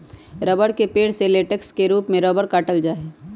रबड़ के पेड़ से लेटेक्स के रूप में रबड़ काटल जा हई